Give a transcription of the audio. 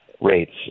rates